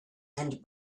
and